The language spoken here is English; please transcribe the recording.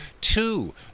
two